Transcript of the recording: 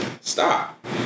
Stop